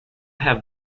have